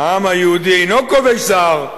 העם היהודי אינו כובש זר,